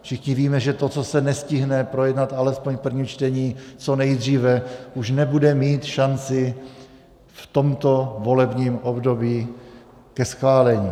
Všichni víme, že to, co se nestihne projednat alespoň v prvním čtení co nejdříve, už nebude mít šanci v tomto volebním období ke schválení.